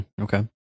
Okay